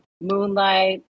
moonlight